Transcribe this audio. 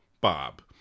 bob